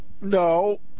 no